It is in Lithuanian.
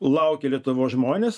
laukia lietuvos žmonės